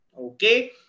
Okay